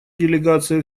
делегация